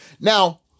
now